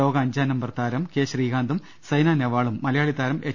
ലോക അഞ്ചാംന മ്പർ താരം കൌശ്രീകാന്തും സൈന നേവാളും മലയാളി താരം എച്ച്